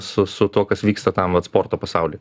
su su tuo kas vyksta tam vat sporto pasauly